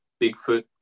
Bigfoot